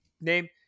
Name